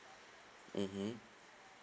mmhmm